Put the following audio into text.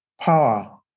power